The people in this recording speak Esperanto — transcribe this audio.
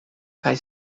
kaj